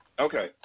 Okay